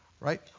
right